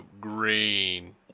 green